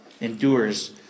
endures